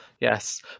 Yes